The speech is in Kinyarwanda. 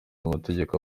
amategeko